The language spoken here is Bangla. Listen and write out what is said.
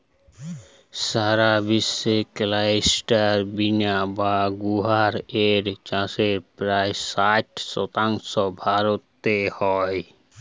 সারা বিশ্বে ক্লাস্টার বিন বা গুয়ার এর চাষের প্রায় ষাট শতাংশ ভারতে হয়